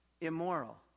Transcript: immoral